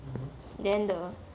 then the